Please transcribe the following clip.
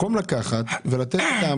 אני מציע לקחת את זה לטיפולי